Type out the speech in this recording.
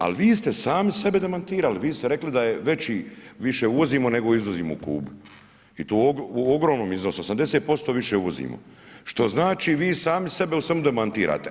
Ali vi ste sami sebe demantirali, vi ste rekli, da je veći, više uvozimo, nego izvozimo u Kubu i to u ogromnom iznosu, 80% više uvozimo, što znači vi sami sebe u svemu demantirate.